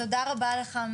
תודה רבה לך.